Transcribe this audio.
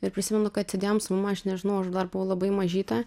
ir prisimenu kad tėdėjom su mama aš nežinau aš dar buvau labai mažytė